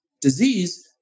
disease